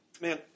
Man